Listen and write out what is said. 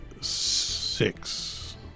six